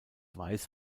weiß